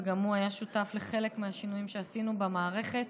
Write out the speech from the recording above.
וגם הוא היה שותף לחלק מהשינויים שעשינו במערכת,